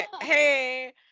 hey